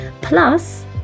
Plus